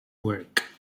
work